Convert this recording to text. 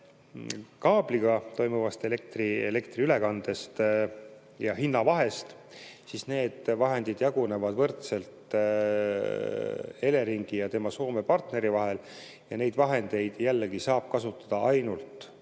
kaabliga toimuvast elektriülekandest ja hinnavahest, siis need vahendid jagunevad võrdselt Eleringi ja tema Soome partneri vahel. Neid vahendeid saab kasutada ainult täiendavate